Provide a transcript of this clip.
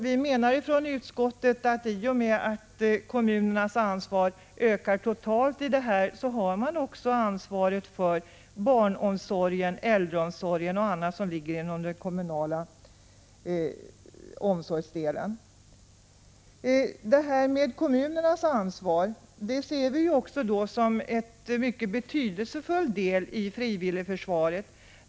Vi i utskottet menar att i och med att kommunernas ansvar ökar totalt har man också ansvaret för barnomsorg, äldreomsorg och annat som ligger inom ramen för den kommunala omsorgen. Kommunernas ansvar ser vi som en mycket betydelsefull del i frivilligförsvaret.